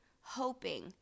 hoping